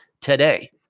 today